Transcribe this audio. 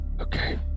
Okay